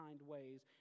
ways